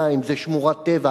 זה המסר שאנחנו נותנים, כממשלה,